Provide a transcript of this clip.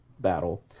battle